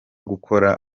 gukora